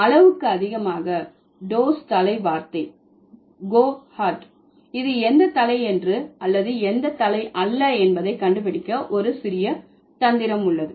அளவுக்கு அதிகமாக டோஸ் தலை வார்த்தை கோ - கார்ட் இது எந்த தலை என்று அல்லது எந்த தலை அல்ல என்பதை கண்டுபிடிக்க ஒரு சிறிய தந்திரம் உள்ளது